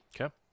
okay